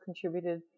contributed